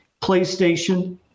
PlayStation